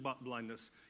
blindness